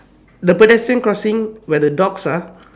the pedestrian crossing where the dogs are